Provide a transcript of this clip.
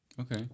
okay